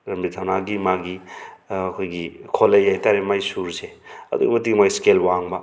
ꯔꯟꯕꯤꯔ ꯊꯧꯅꯥꯒꯤ ꯃꯥꯒꯤ ꯑꯩꯈꯣꯏꯒꯤ ꯈꯣꯜꯂꯩ ꯍꯥꯏꯇꯔꯦ ꯃꯥꯏ ꯁꯨꯔꯁꯦ ꯑꯗꯨꯛꯀꯤ ꯃꯇꯤꯛ ꯃꯥꯒꯤ ꯏꯁꯀꯦꯜ ꯋꯥꯡꯕ